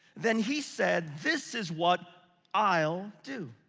then he said, this is what i'll do.